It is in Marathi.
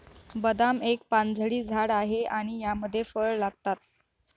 बदाम एक पानझडी झाड आहे आणि यामध्ये फळ लागतात